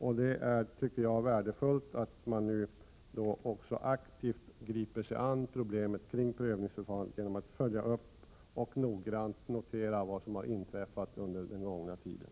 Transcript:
Jag tycker det är värdefullt att man aktivt griper sig an problemet kring prövningsförfarandet genom att följa upp och noggrant notera vad som har inträffat under den gångna tiden.